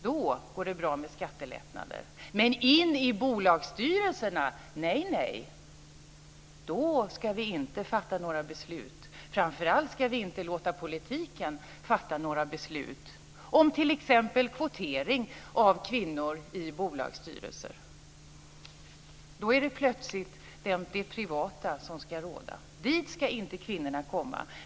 Då går det bra med skattelättnader. Men in i bolagsstyrelser - nej, nej. Då ska vi inte fatta några beslut. Framför allt ska vi inte låta politikerna fatta något beslut om t.ex. kvotering av kvinnor i bolagsstyrelser. Då är det plötsligt det privata som ska råda. Dit ska inte kvinnorna komma.